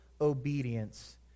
obedience